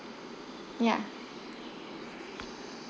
ya